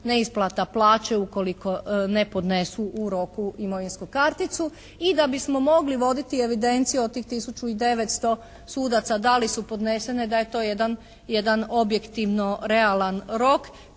neisplata plaće ukoliko ne podnesu u roku imovinsku karticu i da bismo mogli voditi evidenciju od 1900 sudaca da li su podnesene, da je to jedan objektivno realan rok,